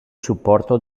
supporto